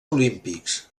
olímpics